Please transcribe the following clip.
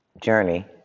journey